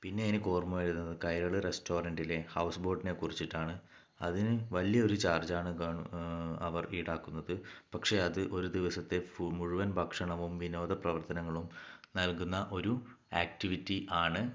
പിന്നെ എനിക്ക് ഓർമ്മ വരുന്നത് കയള് റെസ്റ്റോറന്റിലെ ഹൗസ് ബോട്ടിനെ കുറിച്ചിട്ടാണ് അതിനു വലിയൊരു ചാർജ് ആണ് ഗവൺ അവർ ഈടാക്കുന്നത് പക്ഷെ അത് ഒരു ദിവസത്തെ ഫു മുഴുവൻ ഭക്ഷണവും വിനോദ പ്രവർത്തനങ്ങളും നൽകുന്ന ഒരു ആക്ടിവിറ്റി ആണ്